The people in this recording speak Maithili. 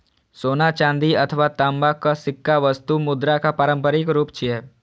सोना, चांदी अथवा तांबाक सिक्का वस्तु मुद्राक पारंपरिक रूप छियै